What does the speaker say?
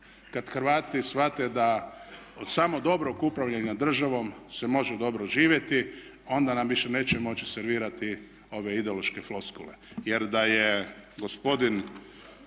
kada Hrvati shvate da od samo dobrog upravljanja državom se može dobro živjeti onda nam više neće moći servirati ove ideološke floskule. Jer da je gospodin